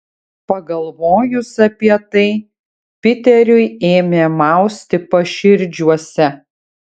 pagalvojus apie tai piteriui ėmė mausti paširdžiuose